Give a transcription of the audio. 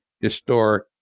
historic